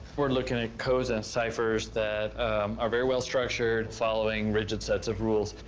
we're looking at codes and ciphers that are very well structured, following rigid sets of rules,